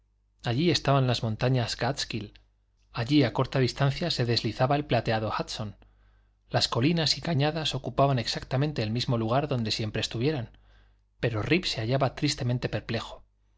allí estaban las montañas káatskill allí a corta distancia se deslizaba el plateado hudson las colinas y cañadas ocupaban exactamente el mismo lugar donde siempre estuvieran pero rip se hallaba tristemente perplejo